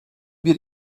bir